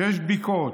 יש בדיקות?